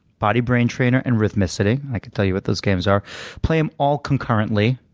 body brain trainer, and rhythmicity i could tell you what those games are play them all concurrently,